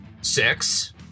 six